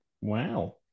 Wow